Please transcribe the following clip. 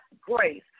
grace